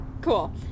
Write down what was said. Cool